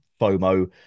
FOMO